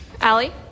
Allie